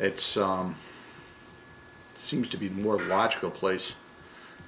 it seems to be more logical place